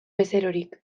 bezerorik